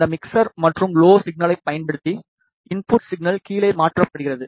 இந்த மிக்ஸ்ர் மற்றும் லோ சிக்னலைப் பயன்படுத்தி இன்புட் சிக்னல் கீழே மாற்றப்படுகிறது